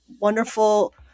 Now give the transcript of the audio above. wonderful